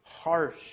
harsh